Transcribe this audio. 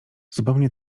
zupełnie